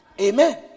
amen